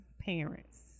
Parents